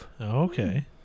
Okay